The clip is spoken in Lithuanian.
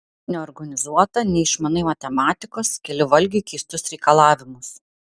neorganizuota neišmanai matematikos keli valgiui keistus reikalavimus